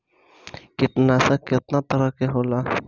कीटनाशक केतना तरह के होला?